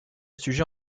sujet